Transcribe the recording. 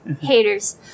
Haters